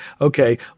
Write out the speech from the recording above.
Okay